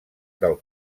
del